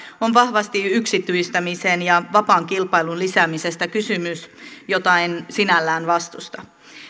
on vahvasti yksityistämisen ja vapaan kilpailun lisäämisestä kysymys mitä en sinällään vastusta